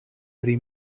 pri